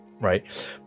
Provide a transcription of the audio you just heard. right